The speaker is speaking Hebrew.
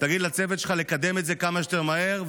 תגיד לצוות שלך לקדם את זה כמה שיותר מהר,